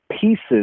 pieces